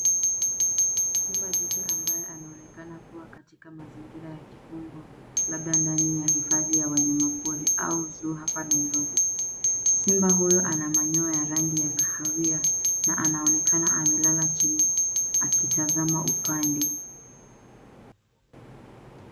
Simba jike ambaye anaaoekana kuwa katika mazingira ya kifungo, labda ndani ya hifadhi ya wanyama pori au zoo hapa Nairobi. Simba huyo ana manyoya ya rangi ya kahawia na anaonekana amelala chini akitazama upande.